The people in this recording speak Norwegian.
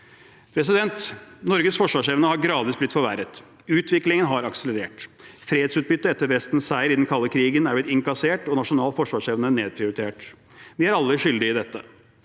kjøpet? Norges forsvarsevne har gradvis blitt forverret. Utviklingen har akselerert. Fredsutbyttet etter Vestens seier i den kalde krigen er blitt innkassert, og nasjonal forsvarsevne nedprioritert. Vi er alle skyldige i dette.